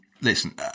Listen